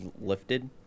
lifted